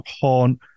horn